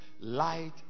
light